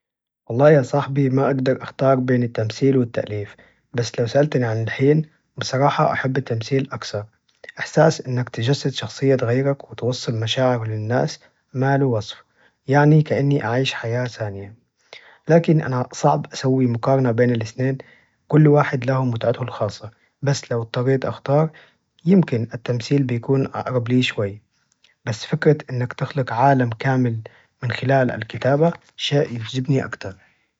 والله يا صاحبي، ما أقدر أختار بين التمثيل والتأليف، بس لو سألتني عن الحين؟ بصراحة أحب التمثيل أكثر، إحساس إنك تجسد شخصية غيرك وتوصل مشاعره للناس مالو وصف يعني كإني أعيش حياة ثانية، لكن صعب أسوي مقارنة بين الاثنين كل واحد له متعته الخاصة، بس لو اضطريت أختار يمكن التمثيل بيكون أقرب لي شوي، بس فكرة إنك تخلق عالم كامل من خلال الكتابة شيء يعجبني أكثر.